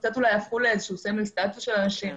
הפכו אולי לסמל סטטוס של אנשים